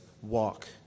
walk